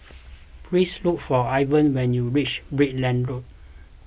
please look for Ivah when you reach Brickland Road